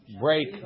break